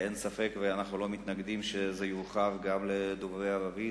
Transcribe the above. אנחנו לא מתנגדים שזה יורחב גם לדוברי ערבית,